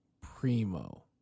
Primo